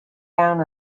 down